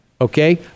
Okay